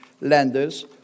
lenders